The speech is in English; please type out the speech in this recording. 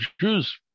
Jews